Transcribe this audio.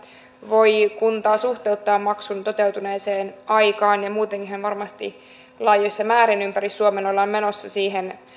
voi kunta suhteuttaa maksun toteutuneeseen aikaan muutenkin ihan varmasti laajoissa määrin ympäri suomen ollaan menossa siihen